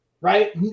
right